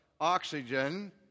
oxygen